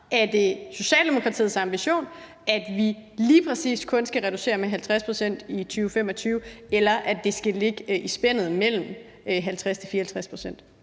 Er det Socialdemokratiets ambition, at vi kun lige præcis skal reducere med 50 pct. i 2025, eller at det skal ligge i spændet mellem 50 og 54 pct.?